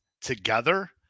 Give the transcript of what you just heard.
together